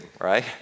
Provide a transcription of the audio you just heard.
right